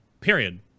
Period